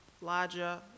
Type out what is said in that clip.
larger